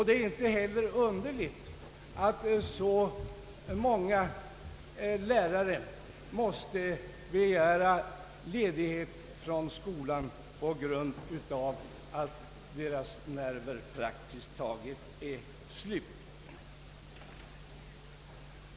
Det är heller inte underligt att många lärare måste begära ledighet från skolan på grund av att deras nerver praktiskt taget är slut.